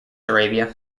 arabia